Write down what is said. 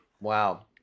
Wow